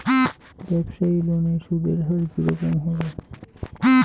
ব্যবসায়ী লোনে সুদের হার কি রকম হবে?